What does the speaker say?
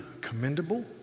commendable